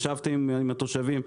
ישבתם עם התושבים?